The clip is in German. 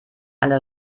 alle